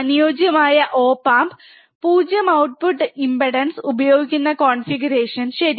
അനുയോജ്യമായ op amp 0 output impedance ഉപയോഗിക്കുന്ന configuration ശരി